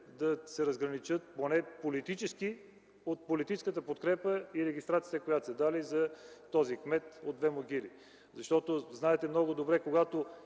да се разграничат поне политически от политическата подкрепа и регистрацията, която са дали за този кмет от Две могили. Знаете много добре, че когато